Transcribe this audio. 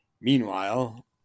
Meanwhile